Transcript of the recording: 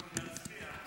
להצביע.